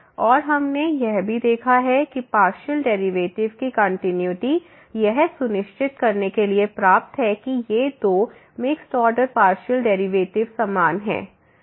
और हमने यह भी देखा है कि पार्शियल डेरिवेटिव की कॉन्टिनुइटी यह सुनिश्चित करने के लिए पर्याप्त है कि ये दो मिक्स्ड ऑर्डर पार्शियल डेरिवेटिवस समान हैं